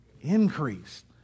Increase